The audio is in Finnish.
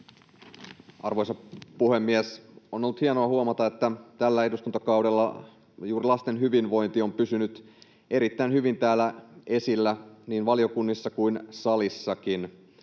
Arvoisa puhemies! On ollut hienoa huomata, että tällä eduskuntakaudella juuri lasten hyvinvointi on pysynyt erittäin hyvin esillä niin valiokunnissa kuin salissakin